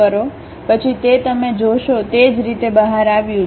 પછી તે તમે જોશો તે જ રીતે બહાર આવ્યું છે